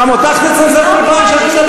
שנגיע לנתניהו והרצוג יהיה פה או ריק או שקט.